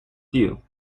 due